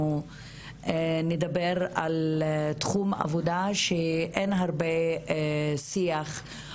נדבר על תחום עבודה שאין הרבה שיח,